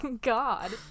God